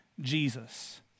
Jesus